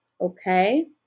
okay